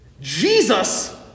Jesus